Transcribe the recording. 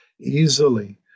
easily